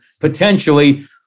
potentially